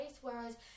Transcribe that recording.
Whereas